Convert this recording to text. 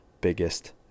biggest